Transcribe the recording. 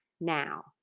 now